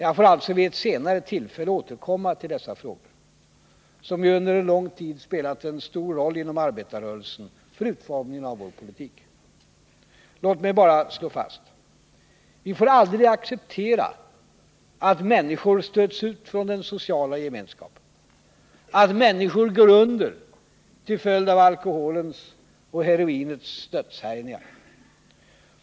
Jag får alltså vid ett senare tillfälle återkomma till dessa frågor, som ju under en lång tid spelat en stor roll för utformningen av arbetarrörelsens politik. Låt mig bara slå fast: Vi får aldrig acceptera att människor stöts ut från den sociala gemenskapen och att människor går under till följd av alkoholens och heroinets dödshärjningar.